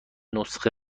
نسخه